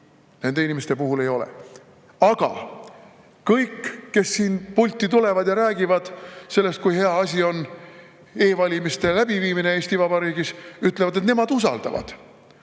nende inimeste puhul ei ole. Aga kõik, kes siin pulti tulevad ja räägivad sellest, kui hea asi on e‑valimiste läbiviimine Eesti Vabariigis, ütlevad, et nemad usaldavad.